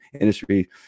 industry